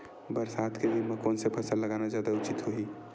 बरसात के दिन म कोन से फसल लगाना जादा उचित होही?